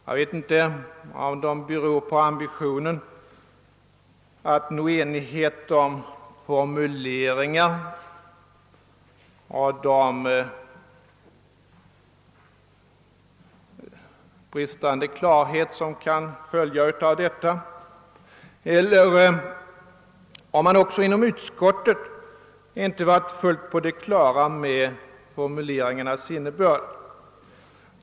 Jag vet inte om dessa beror på ambitionen att nå enighet inom utskottet om formuleringarna eller på att man inte heller inom utskottet varit fullt på det klara med formuleringarnas innebörd.